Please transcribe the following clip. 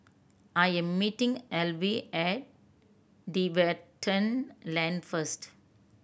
I am meeting Alvy at Tiverton Lane first